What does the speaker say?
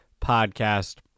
podcast